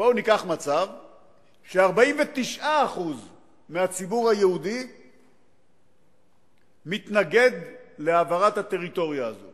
בואו וניקח מצב ש-49% מהציבור היהודי מתנגדים להעברת הטריטוריה הזאת